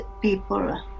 people